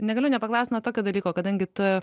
negaliu nepaklaust na tokio dalyko kadangi tu